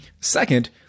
Second